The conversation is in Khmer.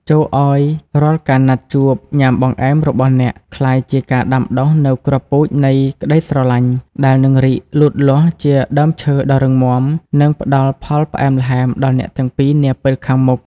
ចូរឱ្យរាល់ការណាត់ជួបញ៉ាំបង្អែមរបស់អ្នក ក្លាយជាការដាំដុះនូវគ្រាប់ពូជនៃក្ដីស្រឡាញ់ ដែលនឹងរីកលូតលាស់ជាដើមឈើដ៏រឹងមាំ និងផ្ដល់ផលផ្អែមល្ហែមដល់អ្នកទាំងពីរនាពេលខាងមុខ។